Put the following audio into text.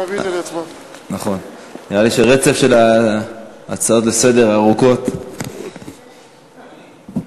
נראה לי שרצף ההצעות הארוכות לסדר-היום,